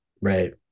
Right